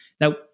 Now